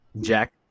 jack